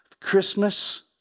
Christmas